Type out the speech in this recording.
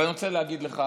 אבל אני רוצה להגיד לך,